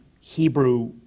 Hebrew